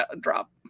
Drop